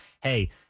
hey